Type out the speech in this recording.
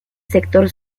sector